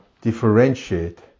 differentiate